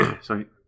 Sorry